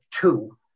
two